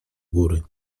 góry